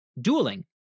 dueling